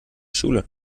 schule